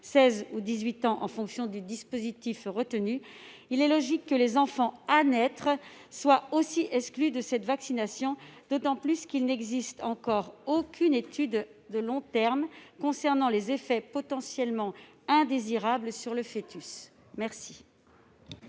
16 ou 18 ans en fonction du dispositif retenu -, il est logique que les enfants à naître soient également exclus de cette vaccination, d'autant qu'il n'existe encore aucune étude de long terme concernant les effets potentiellement indésirables du vaccin